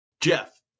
Jeff